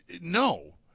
No